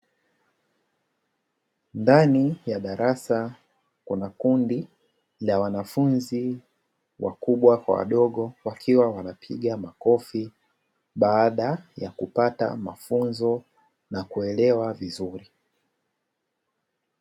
Ndani ya darasa kuna kundi la wanafunzi wakubwa kwa wadogo, wakiwa wanapiga makofi baada ya kupata mafunzo na kuelewa vizuri.